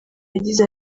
yagize